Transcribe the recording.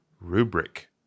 rubric